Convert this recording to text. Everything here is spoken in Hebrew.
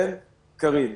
כן, קארין?